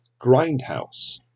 Grindhouse